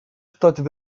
starten